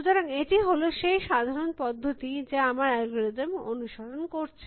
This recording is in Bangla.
সুতরাং এটি হল সেই সাধারণ পদ্ধতি যা আমার অ্যালগরিদম অনুসরণ করছে